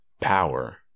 power